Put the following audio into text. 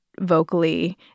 vocally